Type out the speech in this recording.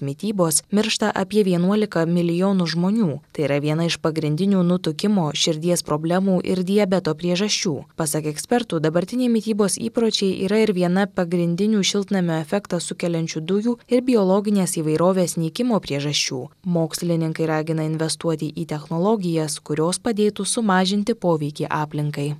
mitybos miršta apie vienuolika milijonų žmonių tai yra viena iš pagrindinių nutukimo širdies problemų ir diabeto priežasčių pasak ekspertų dabartiniai mitybos įpročiai yra ir viena pagrindinių šiltnamio efektą sukeliančių dujų ir biologinės įvairovės nykimo priežasčių mokslininkai ragina investuoti į technologijas kurios padėtų sumažinti poveikį aplinkai